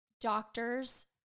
Doctors